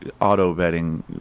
auto-betting